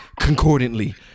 concordantly